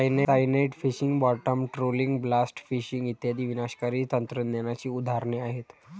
cyanide fishing, bottom trawling, blast fishing इत्यादी विनाशकारी तंत्रज्ञानाची उदाहरणे आहेत